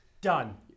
Done